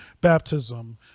baptism